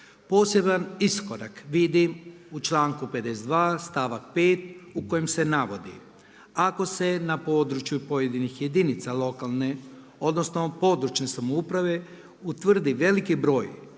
Poseban iskorak vidim u članku 52. stavak 5. u kojem se navodi, ako se na području pojedinih jedinica lokalne, odnosno područne samouprave utvrdi veliki broj